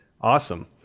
awesome